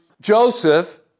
Joseph